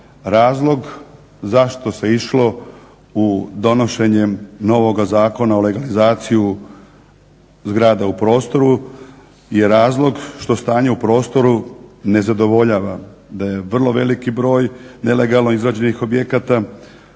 Razlog zašto se išlo u donošenje novoga zakona, u legalizaciju zgrada u prostoru je razlog što stanje u prostoru ne zadovoljava. Da je vrlo veliki broj nelegalno izgrađenih objekata.